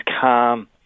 calm